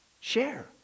share